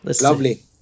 Lovely